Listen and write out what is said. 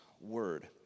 word